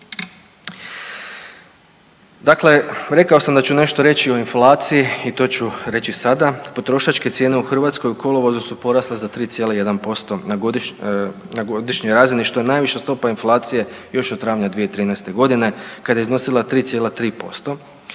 Dakle, rekao sam da ću nešto reći o inflaciji i to ću reći sada, potrošačke cijene u Hrvatskoj u kolovozu su porasle za 3,1% na godišnjoj razini što je najviša stopa inflacije još od travnja 2013.g. kada je iznosila 3,3%